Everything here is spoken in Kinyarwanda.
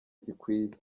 zikwiye